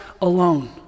alone